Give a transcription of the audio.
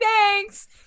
thanks